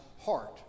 Heart